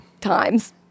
times